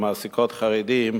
המעסיקות חרדים,